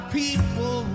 people